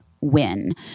win